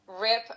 rip